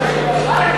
ממשלה.